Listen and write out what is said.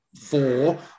four